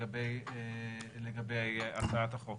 לגבי הצעת החוק.